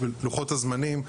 לוחות הזמנים,